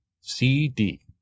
CD